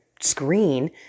screen